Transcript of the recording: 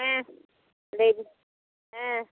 ᱦᱮᱸ ᱞᱟᱹᱭ ᱵᱮᱱ ᱦᱮᱸ